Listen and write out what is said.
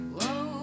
Whoa